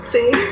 See